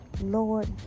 Lord